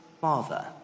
Father